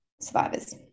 survivors